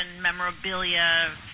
memorabilia